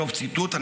סוף ציטוט.